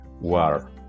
War